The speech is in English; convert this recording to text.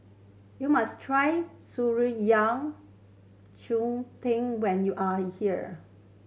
you must try Shan Rui yao tang when you are here